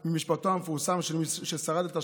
ממשפטו המפורסם של מי ששרד את השואה,